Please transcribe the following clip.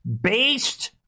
based